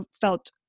felt